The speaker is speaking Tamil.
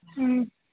ம்